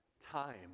time